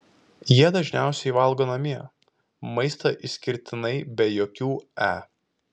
jie dažniausiai valgo namie maistą išskirtinai be jokių e